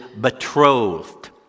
betrothed